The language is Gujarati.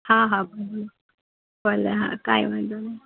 હા હા ભલે ભલે હા કાંઈ વાંધો નહીં